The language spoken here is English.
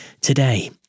today